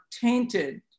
tainted